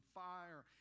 fire